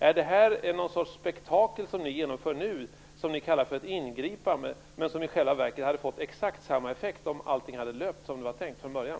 Är det här någon sorts spektakel som ni genomför nu, som ni kallar för ett ingripande men som i själva verket hade fått exakt samma effekt om allting hade löpt som det var tänkt från början?